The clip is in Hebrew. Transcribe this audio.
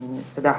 תודה.